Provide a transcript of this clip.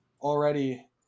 already